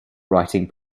writing